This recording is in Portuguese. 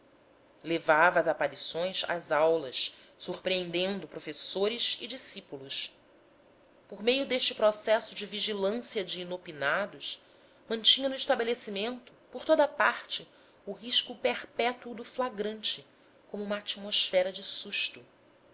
levava as aparições às aulas surpreendendo professores e discípulos por meio deste processo de vigilância de inopinados mantinha no estabelecimento por toda a parte o risco perpétuo do flagrante como uma atmosfera de susto